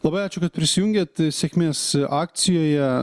labai ačiū kad prisijungėt sėkmės akcijoje